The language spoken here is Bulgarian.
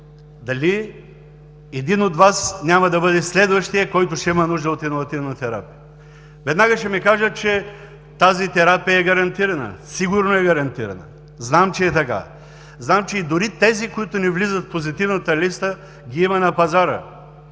дали един от Вас няма да бъде следващият, който ще има нужда от иновативна терапия? Веднага ще ми кажат, че тази терапия е гарантирана. Сигурно е гарантирана. Знам, че е така. Знам, че дори и тези, които не влизат в позитивната листа, ги има на пазара.